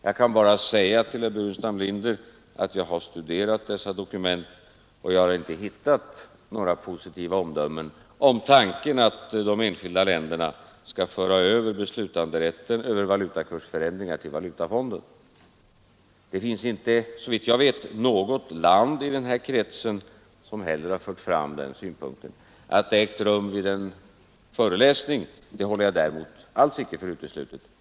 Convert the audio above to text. Jag kan bara säga till herr Burenstam Linder att jag har studerat dessa dokument, och jag har inte hittat några positiva omdömen om tanken att de enskilda länderna skall föra över besluten om valutakursförändringar till valutafonden. Såvitt jag vet finns det heller inte något land i den här kretsen som fört fram den synpunkten. Att det ägt rum vid en föreläsning det håller jag däremot alls icke för uteslutet.